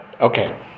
okay